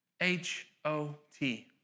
H-O-T